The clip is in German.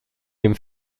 dem